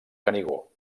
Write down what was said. canigó